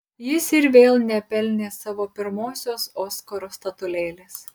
jis ir vėl nepelnė savo pirmosios oskaro statulėlės